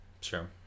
sure